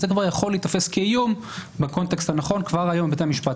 זה כבר יכול להיתפס כאיום בקונטקסט הנכון כבר היום בבתי המשפט,